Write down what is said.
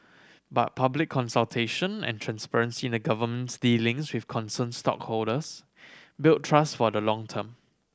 but public consultation and transparency in the Government's dealings with concerned stakeholders build trust for the long term